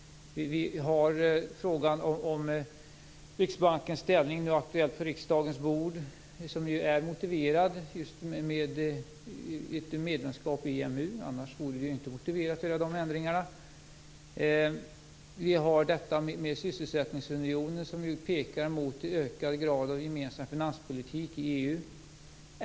Vi har frågan om Riksbankens ställning aktuell på riksdagens bord, som ju är motiverad av just ett medlemskap i EMU. Annars vore det ju inte motiverat att göra de ändringarna. Vi har också detta med sysselsättningsunionen, som ju pekar mot en ökad grad av gemensam finanspolitik i EU.